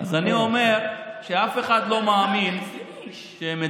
אז אני אומר שאף אחד לא מאמין שמדינת